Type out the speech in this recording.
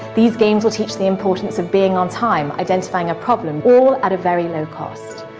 these games will teach the importance of being on time, identifying a problem, all at a very low cost.